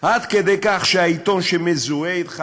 עד כדי כך שהעיתון שכל כך מזוהה אתך